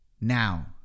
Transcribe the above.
now